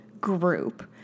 group